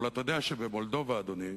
אבל אתה יודע שבמולדובה, אדוני,